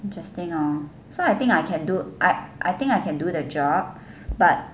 interesting hor so I think I can do I I think I can do the job but